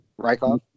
Rykov